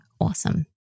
awesome